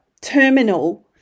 terminal